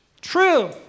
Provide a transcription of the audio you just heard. True